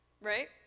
Right